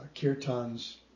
kirtan's